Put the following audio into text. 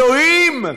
אלוהים,